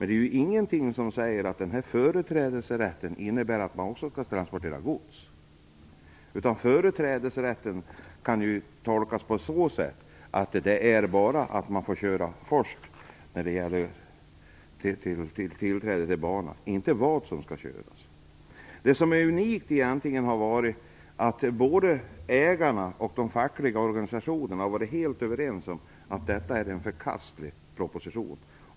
Det är ingenting som säger att företrädesrätten innebär att man också skall transportera gods, utan företrädesrätten kan tolkas så att det bara innebär att man får köra först. Det sägs inte vad som skall transporteras. Det unika är att både ägarna och de fackliga organisationerna är helt överens om att detta är en förkastlig proposition.